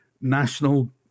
national